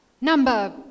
Number